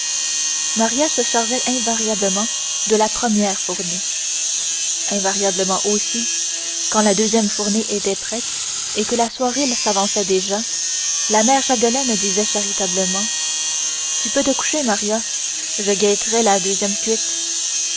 maria se chargeait invariablement de la première fournée invariablement aussi quand la deuxième fournée était prête et que la soirée s'avançait déjà la mère chapdelaine disait charitablement tu peux te coucher maria je guetterai la deuxième cuite